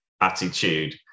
Attitude